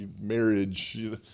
marriage